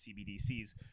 cbdc's